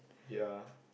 ya